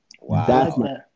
Wow